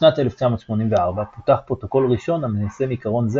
בשנת 1984 פותח פרוטוקול ראשון המיישם עיקרון זה